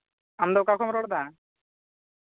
ᱟᱢᱫᱚ ᱚᱠᱟ ᱠᱷᱚᱱᱮᱢ ᱨᱚᱲᱫᱟ